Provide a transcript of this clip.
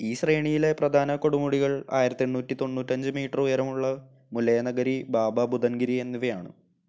ഈ ശ്രേണിയിലെ പ്രധാന കൊടുമുടികൾ ആയിരത്തെണ്ണൂറ്റി തൊണ്ണൂറ്റഞ്ച് മീറ്റർ ഉയരമുള്ള മുല്ലയനഗിരി ബാബ ബുദൻഗിരി എന്നിവയാണ്